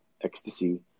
ecstasy